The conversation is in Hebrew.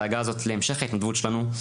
הדאגה הזאת להמשך ההתנדבות שלנו,